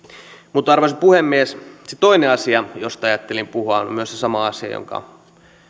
liittyy arvoisa puhemies se toinen asia josta ajattelin puhua on on myös se sama asia jonka